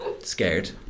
scared